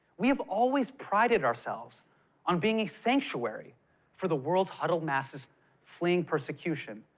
we have always prided ourselves on being a sanctuary for the world's huddled masses fleeing persecution.